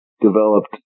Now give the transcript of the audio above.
developed